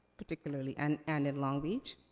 particularly, and and in long beach.